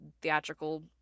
theatrical